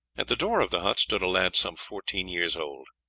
at the door of the hut stood a lad some fourteen years old.